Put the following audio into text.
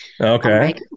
Okay